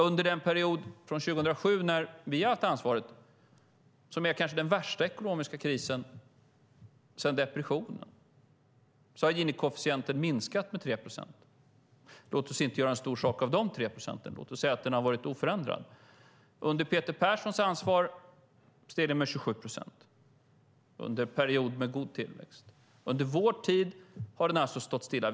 Under perioden från 2007 som vi har haft ansvaret, då vi har haft den kanske värsta ekonomiska krisen sedan depressionen, har Gini-kofficienten minskat med 3 procent. Låt oss inte göra en stor sak av dessa 3 procent. Låt oss säga att Gini-kofficienten har varit oförändrad. Under Peters Perssons partis ansvar steg den med 27 procent, under en period med god tillväxt. Under vår tid har den alltså stått stilla.